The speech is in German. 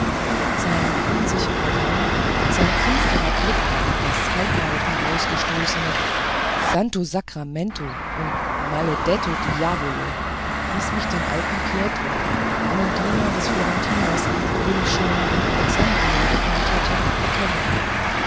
sein unsicherer gang sein finsterer blick und das halblaut herausgestoßene santo sacra mento und maledetto diavolo ließ mich den alten pietro einen diener des florentiners den ich schon in alexandria gekannt hatte erkennen